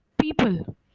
people